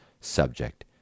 subject